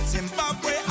Zimbabwe